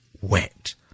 Wet